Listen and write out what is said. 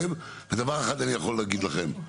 דבר אחד אני יכול להגיד לכם.